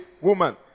woman